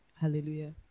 hallelujah